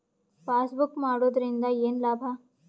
Passbook ಮಾಡುದರಿಂದ ಏನು ಲಾಭ?